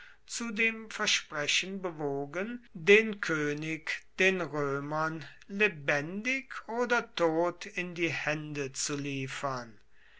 zu dem versprechen bewogen den könig den römern lebendig oder tot in die hände zu liefern